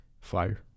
Fire